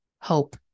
hope